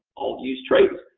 i'll use trays.